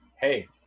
hey